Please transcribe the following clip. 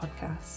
Podcast